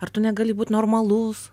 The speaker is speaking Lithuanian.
ar tu negali būt normalus